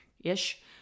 Ish